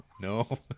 no